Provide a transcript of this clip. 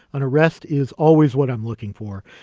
an arrest is always what i'm looking for.